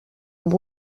amb